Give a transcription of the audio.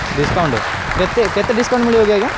discount କେତ କେତେ discount ମିଳିବ କି ଆଜ୍ଞା